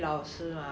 mm